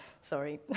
sorry